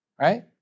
Right